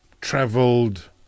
traveled